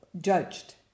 judged